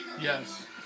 Yes